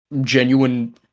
genuine